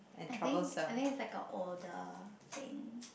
I think I think it's like a older thing